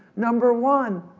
number one,